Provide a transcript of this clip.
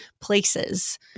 places